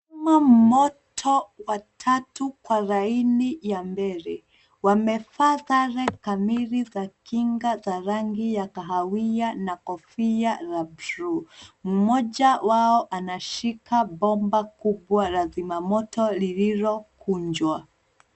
Wazimamoto watatu kwa laini ya mbele wamevaa sare kamili za kinga za rangi ya kahawia na kofia ya blue . Mmoja wao anashika bomba kubwa la zimamoto lililokunjwa.